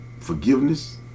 forgiveness